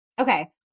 okay